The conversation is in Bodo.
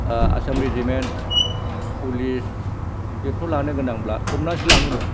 आसाम रेजिमेन्ट पुलिस बेफोराव लानोगोनांब्ला हमनासो लाङोमोन